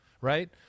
right